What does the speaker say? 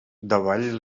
davall